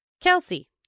Kelsey